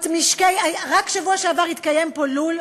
רק בשבוע שעבר התקיים פה דיון,